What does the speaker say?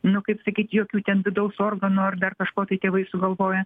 nu kaip sakyt jokių ten vidaus organų ar dar kažko tai tėvai sugalvoja